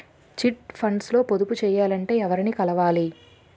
Chit funds లో పొదుపు చేయాలంటే ఎవరిని కలవాలి?